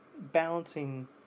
balancing